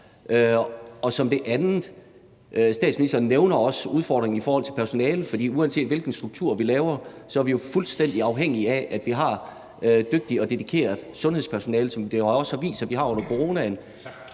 – det nævner statsministeren også – udfordringerne i forhold til personale, for uanset hvilken struktur vi laver, er vi jo fuldstændig afhængige af, at vi har et dygtigt og dedikeret sundhedspersonale, som det jo også viste sig vi havde under coronaen.